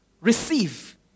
receive